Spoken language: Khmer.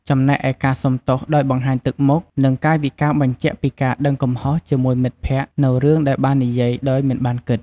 ចំណែកឯ ការសូមទោសដោយបង្ហាញទឹកមុខ និងកាយវិការបញ្ជាក់ពីការដឹងកំហុសជាមួយមិត្តភក្តិនូវរឿងដែលបាននិយាយដោយមិនបានគិត។